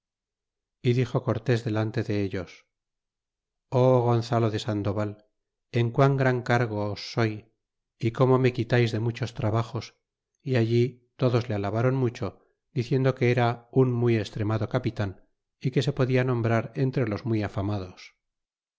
y dixo cortes delante dellos o gonzalo de sandoval en quan gran cargo os soy y como me quitais de muchos trabajos y allí todos le alabáron mucho diciendo que era un muy extremado capitan y que se podia nombrar entre los muy afamados